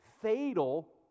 fatal